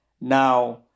Now